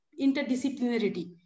interdisciplinarity